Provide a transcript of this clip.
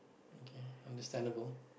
okay understandable